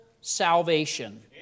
salvation